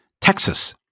Texas